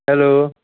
hello